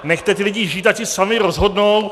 Nechcete ty lidi žít, ať si sami rozhodnou.